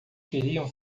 queriam